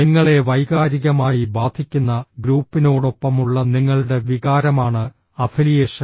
നിങ്ങളെ വൈകാരികമായി ബാധിക്കുന്ന ഗ്രൂപ്പിനോടൊപ്പമുള്ള നിങ്ങളുടെ വികാരമാണ് അഫിലിയേഷൻ